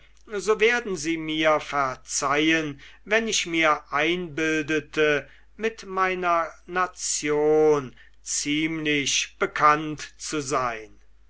so werden sie mir verzeihen wenn ich mir einbildete mit meiner nation ziemlich bekannt zu sein